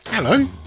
Hello